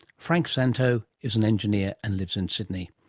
frank szanto is an engineer and lives in sydney.